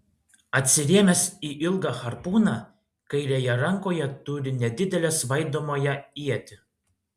atsirėmęs į ilgą harpūną kairėje rankoje turi nedidelę svaidomąją ietį